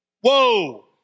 Whoa